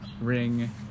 ring